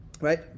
right